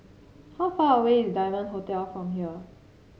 how far away is Diamond Hotel from here